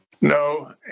no